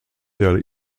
der